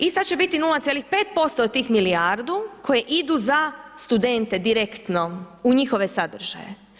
I sada će biti 0,5% od tih milijardu koji idu za studente direktno u njihove sadržaje.